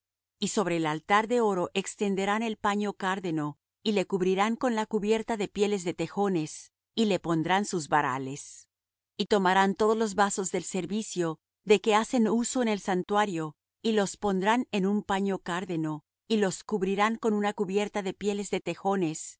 y sobre el altar de oro extenderán el paño cárdeno y le cubrirán con la cubierta de pieles de tejones y le pondrán sus varales y tomarán todos los vasos del servicio de que hacen uso en el santuario y los pondrán en un paño cárdeno y los cubrirán con una cubierta de pieles de tejones